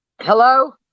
hello